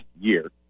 year